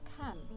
come